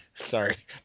Sorry